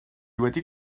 wedi